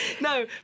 No